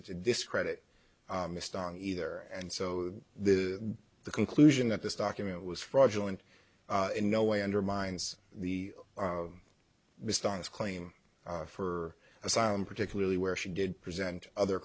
it to discredit missed on either and so the the conclusion that this document was fraudulent in no way undermines the mist on this claim for asylum particularly where she did present other